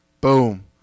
Boom